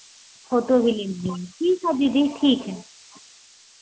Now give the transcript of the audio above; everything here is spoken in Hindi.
फ़ोटो भी ले लीजिएगा ठीक है दीदी ठीक है